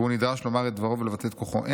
והוא נדרש לומר את דברו ולבטא את כוחו.